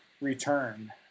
return